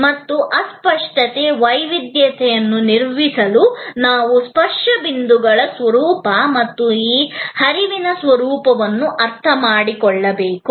ಮತ್ತು ಅಸ್ಪಷ್ಟತೆ ವೈವಿಧ್ಯತೆಯನ್ನು ನಿರ್ವಹಿಸಲು ನಾವು ಸ್ಪರ್ಶ ಬಿಂದುಗಳ ಸ್ವರೂಪ ಮತ್ತು ಈ ಹರಿವಿನ ಸ್ವರೂಪವನ್ನು ಅರ್ಥಮಾಡಿಕೊಳ್ಳಬೇಕು